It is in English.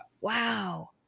Wow